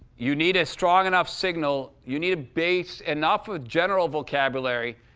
you need a strong enough signal you need a base, enough ah general vocabulary,